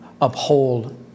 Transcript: uphold